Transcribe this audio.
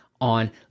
on